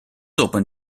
open